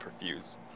Perfuse